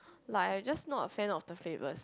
like I just not a fan of the flavours